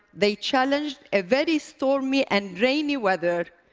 they challenged a very stormy and rainy weather.